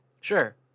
Sure